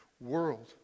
world